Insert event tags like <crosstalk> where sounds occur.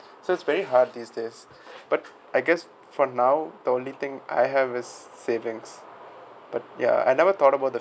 so it's very hard these days <breath> but I guess for now the only thing I have is savings but ya I never thought about the